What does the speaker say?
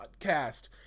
podcast